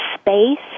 space